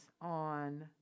on